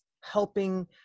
helping